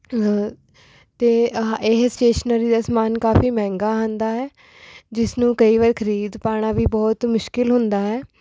ਅਤੇ ਆਹਾ ਇਹ ਸਟੇਸ਼ਨਰੀ ਦਾ ਸਮਾਨ ਕਾਫੀ ਮਹਿੰਗਾ ਆਉਂਦਾ ਹੈ ਜਿਸ ਨੂੰ ਕਈ ਵਾਰੀ ਖਰੀਦ ਪਾਉਣਾ ਵੀ ਬਹੁਤ ਮੁਸ਼ਕਿਲ ਹੁੰਦਾ ਹੈ